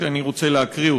ואני רוצה להקריא אותו: